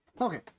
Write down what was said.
Okay